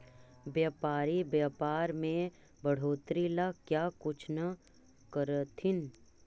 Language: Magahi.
व्यापारी व्यापार में बढ़ोतरी ला क्या कुछ न करथिन